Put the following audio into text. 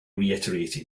reiterated